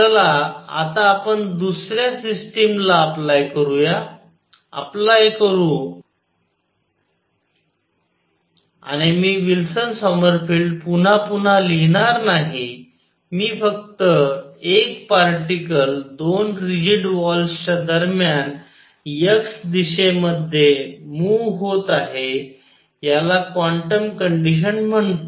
चला आता आपण दुसऱ्या सिस्टीम ला अप्लाय करूया अप्लाय करू आणि मी विल्सन सॉमरफेल्ड पुन्हा पुन्हा लिहिणार नाही मी फक्त एक पार्टीकल दोन रिजिड वॉल्स च्या दरम्यान x दिशेमध्ये मूव्ह होत आहे याला क्वांटम कंडीशन म्हणतो